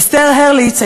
אסתר הרליץ,